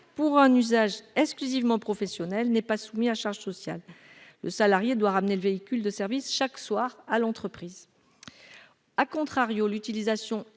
pour un usage exclusivement professionnel n'est pas soumise à charges sociales. Le salarié doit rapporter le véhicule de service, chaque soir, à l'entreprise., l'utilisation